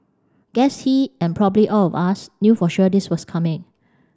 guess he and probably all of us knew for sure this was coming